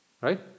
right